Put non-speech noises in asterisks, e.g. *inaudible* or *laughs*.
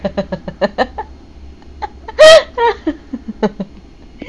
*laughs*